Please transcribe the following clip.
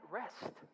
rest